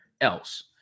else